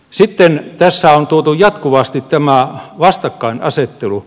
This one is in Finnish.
sitten tässä on tuotu jatkuvasti tämä vastakkainasettelu